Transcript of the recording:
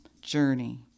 journey